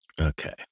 Okay